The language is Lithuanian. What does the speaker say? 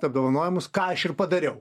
apdovanojimui ką aš ir padariau